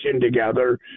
together